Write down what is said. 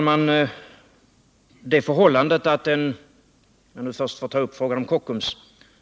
Herr talman! Jag vill först ta upp frågan om Kockums.